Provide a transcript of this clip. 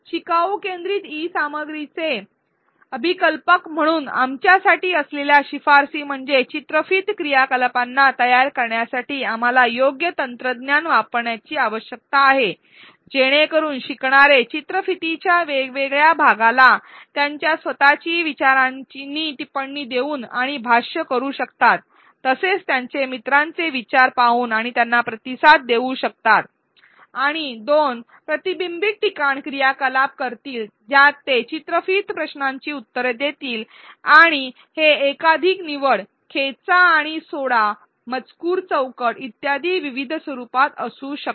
शिकाऊ केंद्रित ई सामग्रीचे अभिकल्पक म्हणून आमच्यासाठी असलेल्या शिफारसी म्हणजे चित्रफित क्रियाकलापांना तयार करण्यासाठी आपल्याला योग्य तंत्रज्ञान वापरण्याची आवश्यकता आहे जेणेकरुन शिकणारे चित्रफितीच्या वेगवेगळ्या भागाला त्यांच्या स्वतःच्या विचारांनी टिप्पणी देऊ आणि भाष्य करू शकतात तसेच त्यांचे मित्रांचे विचार पाहून आणि त्यांना प्रतिसाद देऊ शकतात आणि दोन प्रतिबिंबित ठिकाण क्रियाकलाप करतील ज्यात ते चित्रफित प्रश्नांची उत्तरे देतील आणि हे एकाधिक निवड खेचा आणि सोडा मजकूर चौकट इत्यादी विविध स्वरूपात असू शकते